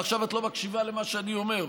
ועכשיו את לא מקשיבה למה שאני אומר,